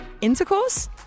intercourse